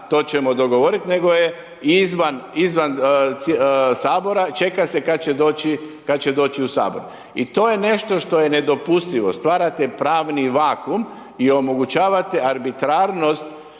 to ćemo dogovoriti nego je izvan Sabora, čeka se kada će doći u Sabor. I to je nešto što je nedopustivo, stvarate pravni vakumm i omogućavate arbitrarnost